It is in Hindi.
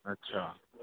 अच्छा